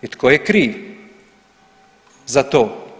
I tko je kriv za to?